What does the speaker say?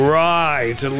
right